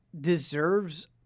deserves